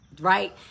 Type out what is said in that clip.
right